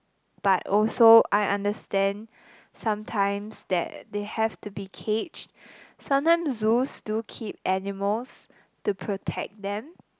but also I understand sometimes that they have to be caged sometimes zoos do keep animals to protect them